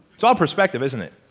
it's all perspective, isn't it?